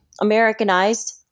Americanized